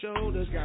shoulders